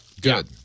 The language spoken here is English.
Good